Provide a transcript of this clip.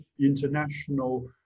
international